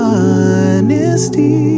Honesty